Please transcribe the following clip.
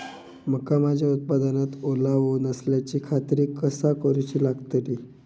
मका माझ्या उत्पादनात ओलावो नसल्याची खात्री कसा करुची लागतली?